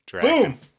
Boom